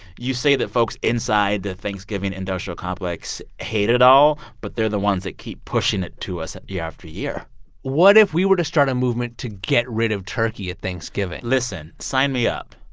you say that folks inside the thanksgiving industrial complex hate it all, but they're the ones that keep pushing it to us year after year what if we were to start a movement to get rid of turkey at thanksgiving? listen, sign me up.